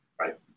Right